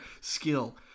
skill